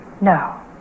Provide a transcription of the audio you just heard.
No